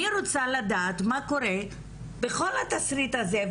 אני רוצה לדעת מה קורה בכול התסריט הזה,